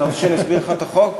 אתה רוצה שאני אסביר לך את החוק?